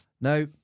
Now